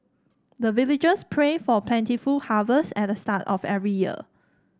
the villagers pray for plentiful harvest at the start of every year